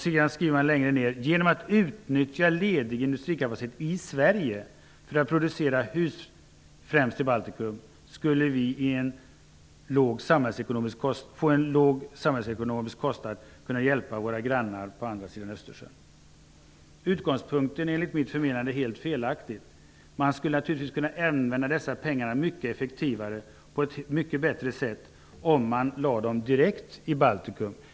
Vidare skriver man: Genom att utnyttja ledig industrikapacitet i Sverige för att producera hus främst i Baltikum skulle vi till en låg samhällsekonomisk kostnad kunna hjälpa våra grannar på andra sidan Östersjön. Utgångspunkten är enligt mitt förmenande helt felaktig. Man skulle givetvis kunna använda dessa pengar mycket mer effektivare och på ett mycket bättre sätt om man lade dem direkt i Baltikum.